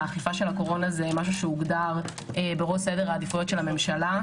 אכיפה הקורונה הוגדר בראש סדר העדיפויות של הממשלה,